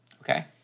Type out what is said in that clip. Okay